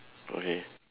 okay